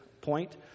point